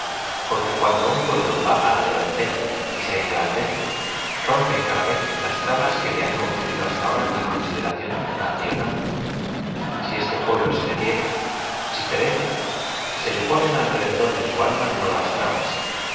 que cuando un pueblo v a la delantera y be ecgran dece rompe cada vez las trabas que lo han conferido hadta ahora la consideración nacional ai este pueblo se detiene di perece ee le ponen alrededor de su alma nuevas trabas